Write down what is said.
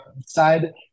side